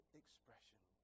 expression